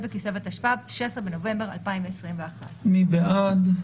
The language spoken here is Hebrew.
בכסלו התשפ"ב (16 בנובמבר 2021).". מי בעד?